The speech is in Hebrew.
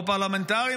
או פרלמנטרים,